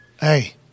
Hey